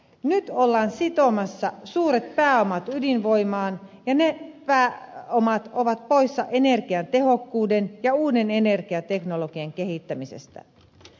nyt ollaan sitomassa suuret pääomat ydinvoimaan ja ne pääomat ovat poissa energiatehokkuuden ja uuden energiateknologian kehittämisestä